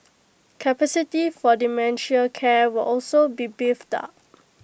capacity for dementia care will also be beefed up